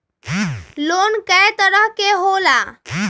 Loan कय तरह के होला?